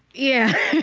yeah